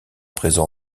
présent